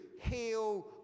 heal